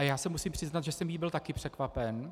Já se musím přiznat, že jsem jí byl také překvapen.